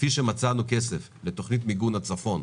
כפי שמצאנו כסף לתוכנית מיגון הצפון,